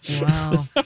Wow